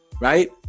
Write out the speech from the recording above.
right